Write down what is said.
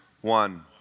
One